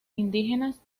indígenas